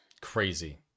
Crazy